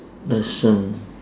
lesson